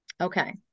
Okay